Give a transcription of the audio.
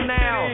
now